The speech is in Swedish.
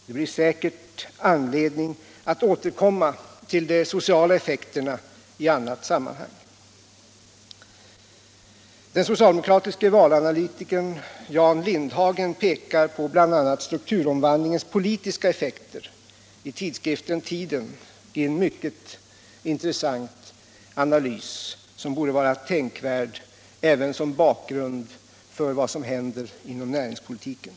Det blir säkert anledning att återkomma till de sociala effekterna i annat sammanhang. Den socialdemokratiske valanalytikern Jan Lindhagen pekar på bl.a. strukturomvandlingens politiska effekter i tidskriften Tiden i en mycket intressant analys, som borde vara tänkvärd även som bakgrund för vad som händer inom näringspolitiken.